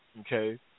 okay